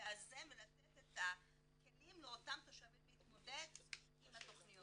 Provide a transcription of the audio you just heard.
לאזן ולתת את הכלים לאותם תושבים להתמודד עם התכניות.